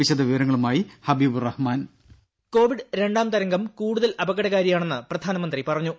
വിശദവിവരങ്ങളുമായി ഹബീബ് റഹ്മാൻ വോയ്സ് രുര കോവിഡ് രണ്ടാം തരംഗം കൂടുതൽ അപകടകാരിയാണെന്ന് പ്രധാനമന്ത്രി പറഞ്ഞു